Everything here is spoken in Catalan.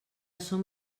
som